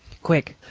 quick!